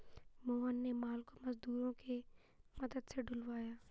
मोहन ने माल को मजदूरों के मदद से ढूलवाया